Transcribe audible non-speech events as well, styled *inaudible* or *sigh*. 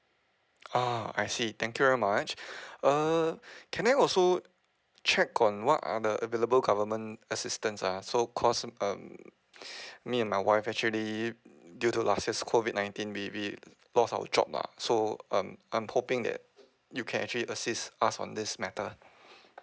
ah I see thank you very much *breath* err can I also check on what are the available government assistance ah so 'cos um *breath* me and my wife actually due to last year's COVID nineteen we we lost our job ah and um I'm hoping that you can actually assist us on this matter *breath*